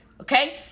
okay